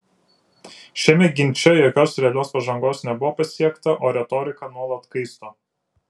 šiame ginče jokios realios pažangos nebuvo pasiekta o retorika nuolat kaisto